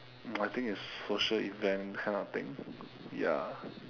I think it's social event kind of thing ya